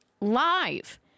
live